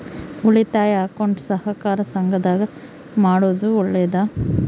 ಉಳಿತಾಯ ಅಕೌಂಟ್ ಸಹಕಾರ ಸಂಘದಾಗ ಮಾಡೋದು ಒಳ್ಳೇದಾ?